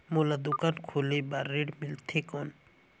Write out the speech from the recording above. मोला दुकान खोले बार ऋण मिलथे कौन?